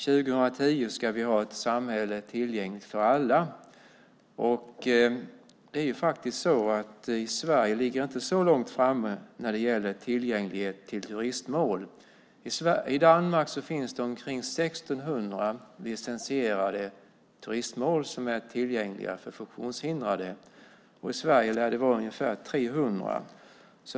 År 2010 ska vi ha ett samhälle tillgängligt för alla. Sverige ligger faktiskt inte så långt framme när det gäller tillgänglighet till turistmål. I Danmark finns det omkring 1 600 licensierade turistmål som är tillgängliga för funktionshindrade. I Sverige lär det vara ungefär 300.